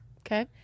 okay